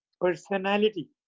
personality